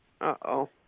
Uh-oh